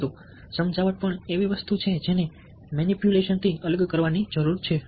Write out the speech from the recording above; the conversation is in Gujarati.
પરંતુ સમજાવટ પણ એવી વસ્તુ છે જેને મેનીપ્યુલેશન થી અલગ કરવાની જરૂર છે